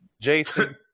Jason